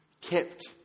kept